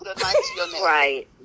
Right